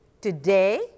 today